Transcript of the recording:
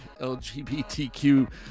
LGBTQ